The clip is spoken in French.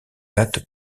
date